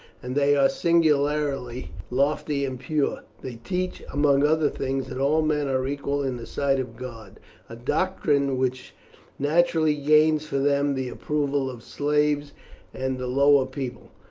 and they are singularly lofty and pure. they teach among other things that all men are equal in the sight of god a doctrine which naturally gains for them the approval of slaves and the lower people,